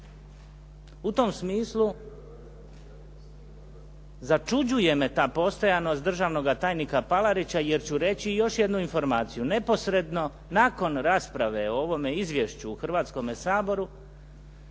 U tom smislu začuđuje me ta postojanost državnoga tajnika Palarića jer ću reći i još jednu informaciju. Neposredno nakon rasprave o ovome izvješću u Hrvatskome saboru